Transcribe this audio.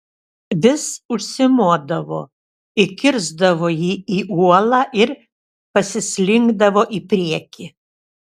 vis užsimodavo įkirsdavo jį į uolą ir pasislinkdavo į priekį